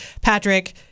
Patrick